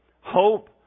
hope